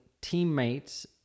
teammates